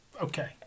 Okay